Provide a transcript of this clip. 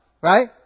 Right